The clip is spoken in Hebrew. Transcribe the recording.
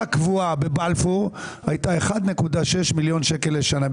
ההוצאה הקבועה בבלפור הייתה 1.6 מיליון שקל לשנה.